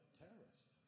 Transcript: terrorist